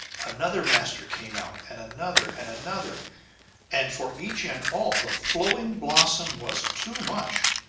another master came out, and another, and another and for each and all the flowing blossom was too much!